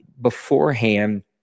beforehand